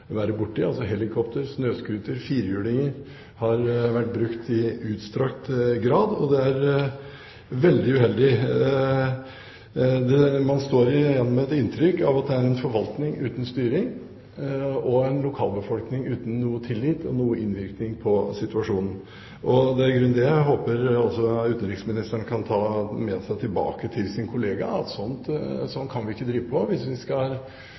være borti – helikopter, snøscooter og firehjulinger har altså vært brukt i utstrakt grad. Det er veldig uheldig. Man sitter igjen med et inntrykk av at det er en forvaltning uten styring – og en lokalbefolkning uten tillit og innvirkning på situasjonen. Det er i grunnen det jeg håper utenriksministeren kan ta med seg tilbake til sin kollega, at sånn kan vi ikke drive på hvis vi skal